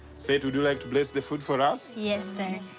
sadie, would you like to bless the food for us? yes sir.